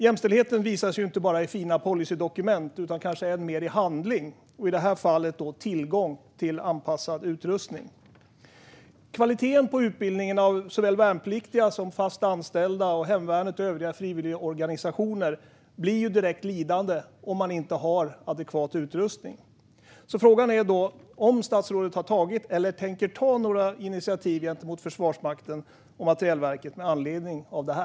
Jämställdhet visas inte bara i fina policydokument utan kanske än mer i handling och i detta fall tillgång till anpassad utrustning. Kvaliteten på utbildningen av såväl värnpliktiga som fast anställda samt hemvärnet och övriga frivilligorganisationer blir direkt lidande om man inte har adekvat utrustning. Har statsrådet tagit eller tänker statsrådet ta några initiativ gentemot Försvarsmakten och Försvarets materielverk med anledning av detta?